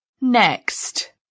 next